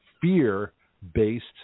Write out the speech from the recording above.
fear-based